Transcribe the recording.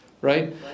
Right